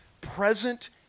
present